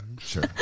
sure